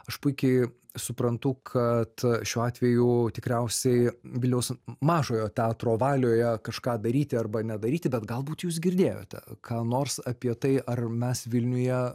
aš puikiai suprantu kad šiuo atveju tikriausiai vilniaus mažojo teatro valioje kažką daryti arba nedaryti bet galbūt jūs girdėjote ką nors apie tai ar mes vilniuje